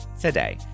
today